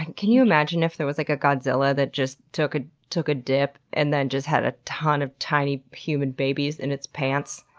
and can you just imagine if there was like a godzilla that just took ah took a dip and then just had a ton of tiny human babies in its pants?